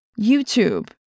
YouTube